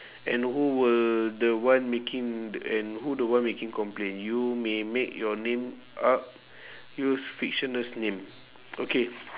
and who were the one making and who the one making complaint you may make your name up use fictitious name okay